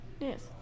Yes